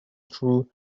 through